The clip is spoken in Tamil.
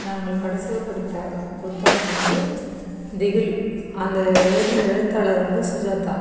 நாங்கள் கடைசியாக படித்த புத்தகம் வந்து திகில் அந்த எழுதின எழுத்தாளர் வந்து சுஜாதா